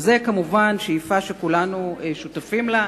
זאת כמובן שאיפה שכולנו שותפים לה,